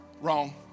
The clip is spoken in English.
wrong